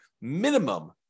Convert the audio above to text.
minimum